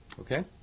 Okay